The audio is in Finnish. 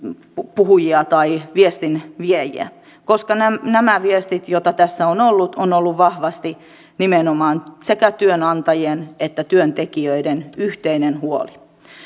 puhujia tai viestinviejiä koska nämä nämä viestit joita tässä on ollut ovat olleet vahvasti nimenomaan sekä työnantajien että työntekijöiden yhteinen huoli